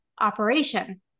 operation